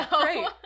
Great